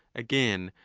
again,